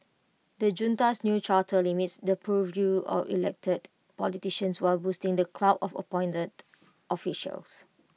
the junta's new charter limits the purview of elected politicians while boosting the clout of appointed officials